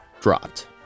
dropped